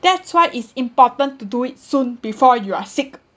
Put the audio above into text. that's why it's important to do it soon before you are sick